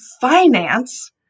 finance